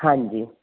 ਹਾਂਜੀ